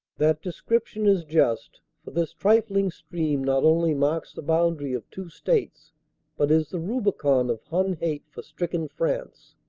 that description is just, for this trifling stream not only marks the boundary of two states but is the rubicon of hun hate for stricken france.